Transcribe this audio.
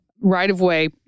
right-of-way